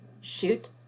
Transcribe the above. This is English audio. shoot